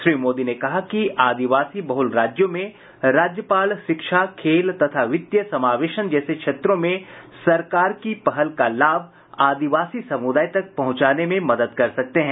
श्री मोदी ने कहा कि आदिवासी बहल राज्यों में राज्यपाल शिक्षा खेल तथा वित्तीय समावेशन जैसे क्षेत्रों में सरकार की पहल का लाभ आदिवासी समुदाय तक पहुंचाने में मदद कर सकते हैं